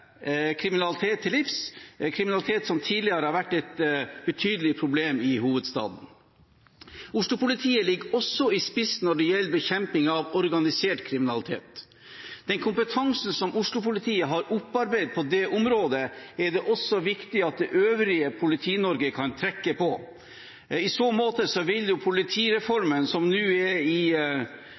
kriminalitet til livs, kriminalitet som tidligere har vært et betydelig problem i hovedstaden. Oslo-politiet ligger også i spiss når det gjelder bekjemping av organisert kriminalitet. Den kompetansen som Oslo-politiet har opparbeidet på det området, er det viktig at også det øvrige Politi-Norge kan trekke på. I så måte vil politireformen, som nå er i